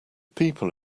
people